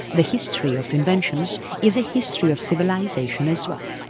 the history of inventions is a history of civilisation as well,